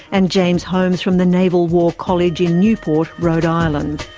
and james holmes from the naval war college in newport, rhode island.